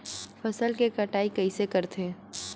फसल के कटाई कइसे करथे?